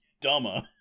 dumber